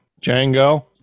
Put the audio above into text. Django